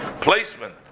placement